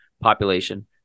population